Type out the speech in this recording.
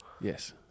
Yes